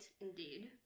Indeed